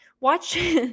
watch